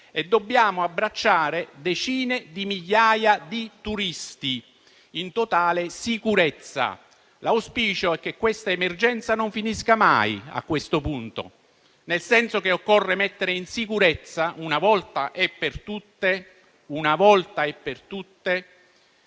dovranno abbracciare decine di migliaia di turisti in totale sicurezza. L'auspicio è che questa emergenza non finisca mai, a questo punto, nel senso che occorre mettere in sicurezza, una volta e per tutte, il territorio,